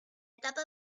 etapa